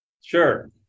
Sure